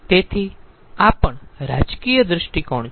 તેથી આ પણ રાજકીય દ્રષ્ટિકોણ છે